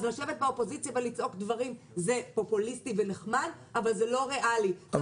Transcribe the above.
אז לשבת באופוזיציה ולצעוק דברים זה פופוליסטי ונחמד אבל זה לא ריאלי,